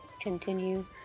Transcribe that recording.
continue